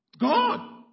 God